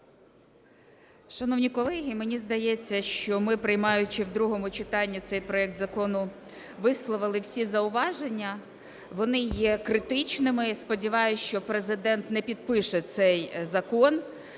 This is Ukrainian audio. Шановні колеги, мені здається, що ми, приймаючи в другому читанні цей проект закону, висловили всі зауваження, вони є критичними, сподіваюсь, що Президент не підпише цей закон.